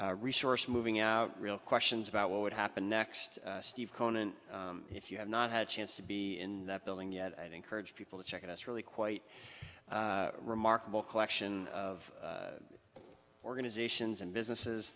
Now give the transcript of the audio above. r resource moving out real questions about what would happen next steve conant if you have not had a chance to be in that building yet i'd encourage people to check us really quite remarkable collection of organizations and businesses